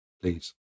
please